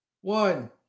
One